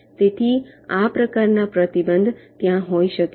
તેથી આ પ્રકારના પ્રતિબંધ ત્યાં હોઈ શકે છે